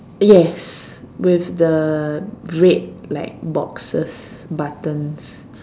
yes with the red like boxes buttons